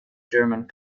german